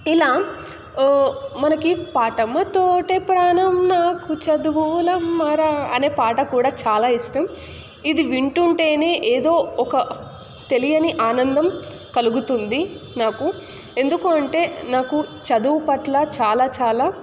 ఇలా మనకి పాటముతోటే ప్రాణం నాకు చదువులమ్మరా అనే పాట కూడా చాలా ఇష్టం ఇది వింటుంటేనే ఏదో ఒక తెలియని ఆనందం కలుగుతుంది నాకు ఎందుకు అంటే నాకు చదువు పట్ల చాలా చాలా